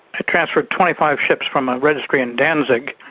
transferred twenty five ships from a registry in danzig.